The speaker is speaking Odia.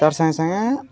ତାର୍ ସାଙ୍ଗେ ସାଙ୍ଗେ